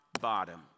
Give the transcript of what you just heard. bottom